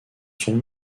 son